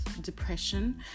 Depression